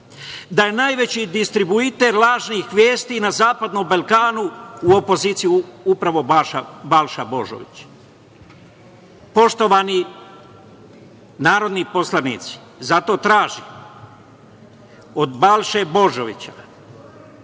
da je najveći distributer lažnih vesti na Zapadnom Balkanu u opoziciji je upravo Balša Božović. Poštovani narodni poslanici, zato tražim od Balše Božovića